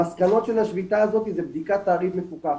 המסקנות של השביתה הזאת היא בדיקת תעריף מפוקח.